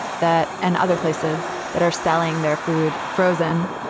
that and other places that are selling their food frozen